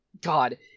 God